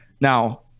Now